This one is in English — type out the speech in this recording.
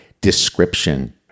description